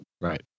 Right